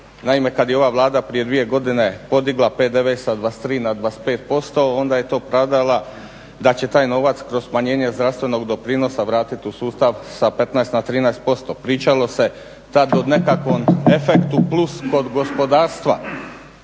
Naime, kad je ova Vlada prije dvije godine podigla PDV sa 23 na 25% onda je to pravdala da će taj novac kroz smanjenje zdravstvenog doprinosa vratiti u sustav sa 15 na 13%. Pričalo se tad o nekakvom efektu plus kod gospodarstva